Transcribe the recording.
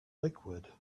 liquid